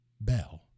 bell